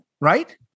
right